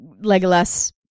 Legolas